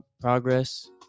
progress